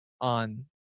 on